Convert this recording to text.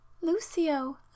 Lucio